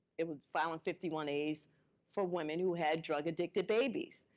it was filing fifty one as for women who had drug-addicted babies.